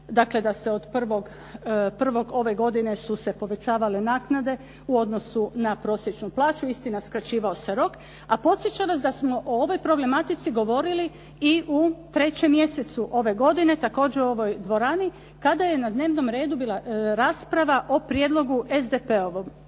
išle. Dakle od 1. ove godine su se povećavale naknade u odnosu na prosječnu plaću, istina skraćivao se rok. A podsjećam vas da smo o ovoj problematici govorili i u 3. mjesecu ove godine, također u ovoj dvorani, kada je na dnevnom redu bira rasprava o prijedlogu SDP-ovom